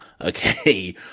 Okay